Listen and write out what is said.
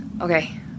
Okay